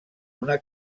una